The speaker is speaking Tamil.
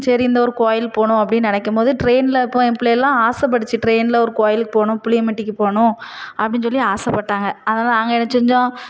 சரி இந்த ஒரு கோவில் போகணும் அப்படின்னு நினைக்கும் போது ட்ரெயினில் இப்போ என் பிள்ளைகளாம் ஆசைப்பட்டுச்சு ட்ரெயினில் ஒரு கோவிலுக்கு போகணும் புளியம்பட்டிக்கு போகணும் அப்படின்னு சொல்லி ஆசைப்பட்டாங்க அதனால் நாங்கள் என்ன செஞ்சோம்